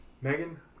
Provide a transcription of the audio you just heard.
Megan